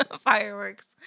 Fireworks